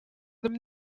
them